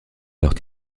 leurs